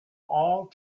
all